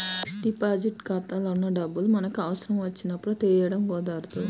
fixed deposit ఖాతాలో ఉన్న డబ్బులు మనకి అవసరం వచ్చినప్పుడు తీయడం కుదరదు